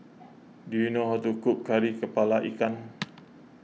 do you know how to cook Kari Kepala Ikan